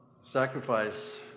Sacrifice